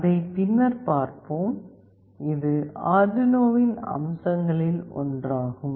அதை பின்னர் பார்ப்போம் இது அர்டுயினோவின் அம்சங்களில் ஒன்றாகும்